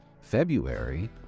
February